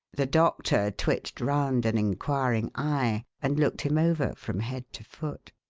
the doctor twitched round an inquiring eye, and looked him over from head to foot.